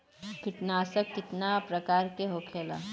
कीटनाशक कितना प्रकार के होखेला?